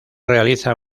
realiza